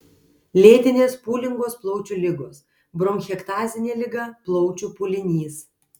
lėtinės pūlingos plaučių ligos bronchektazinė liga plaučių pūlinys